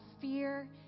Fear